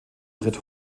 tritt